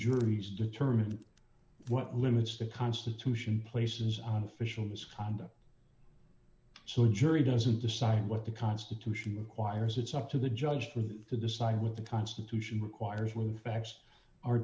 juries determine what limits the constitution places on official misconduct so the jury doesn't decide what the constitution requires it's up to the judge with to decide what the constitution requires when facts are